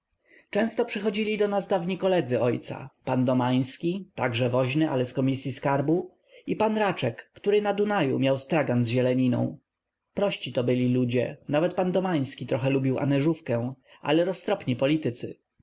często przychodzili do nas dawni koledzy ojca pan domański także woźny ale z komisyi skarbu i pan raczek który na dunaju miał stragan z zieleniną prości to byli ludzie nawet pan domański trochę lubił anyżówkę ale roztropni politycy